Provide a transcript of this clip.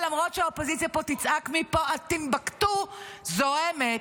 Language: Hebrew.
למרות שהאופוזיציה פה תצעק מפה עד טימבוקטו זו האמת,